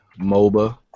MOBA